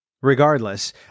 Regardless